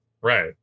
Right